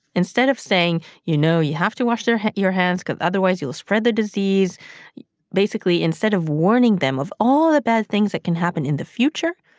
instead of saying, you know, you have to wash your hands because otherwise you'll spread the disease basically instead of warning them of all the bad things that can happen in the future,